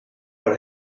what